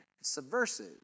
Subversive